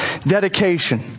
dedication